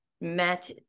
met